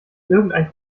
irgendein